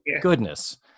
goodness